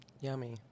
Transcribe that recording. yummy